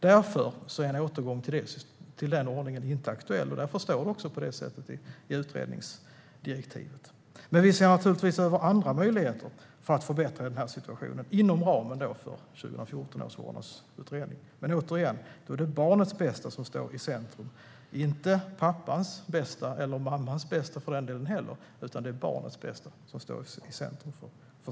Därför är en återgång till denna ordning inte aktuell, och därför står det också på det sättet i utredningsdirektivet. Vi ser givetvis över andra möjligheter för att förbättra denna situation inom ramen för 2014 års vårdnadsutredning. Men återigen: Det är barnets bästa som står i centrum, inte pappans bästa - eller mammans bästa för den delen heller.